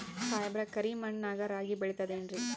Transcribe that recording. ಸಾಹೇಬ್ರ, ಕರಿ ಮಣ್ ನಾಗ ರಾಗಿ ಬೆಳಿತದೇನ್ರಿ?